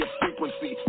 frequency